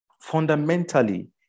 fundamentally